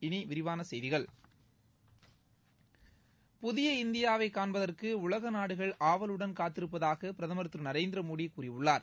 இனி விரிவான செய்திகள் புதிய இந்தியாவை காண்பதற்கு உலக நாடுகள் ஆவலுடன் காத்திருப்பதாக பிரதமர் திரு நரேந்திரமோடி கூறியுள்ளார்